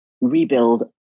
rebuild